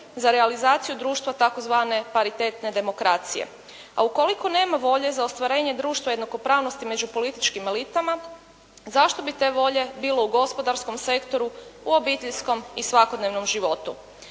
za realizaciju društva tzv. paritetne demokracije. A ukoliko nema volje za ostvarenje društva jednakopravnosti među političkim elitama zašto bi te volje bilo u gospodarskom sektoru, u obiteljskom i svakodnevnom životu.